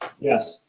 yes.